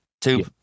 two